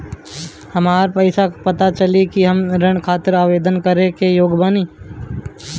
हमरा कईसे पता चली कि हम ऋण खातिर आवेदन करे के योग्य बानी?